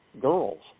girls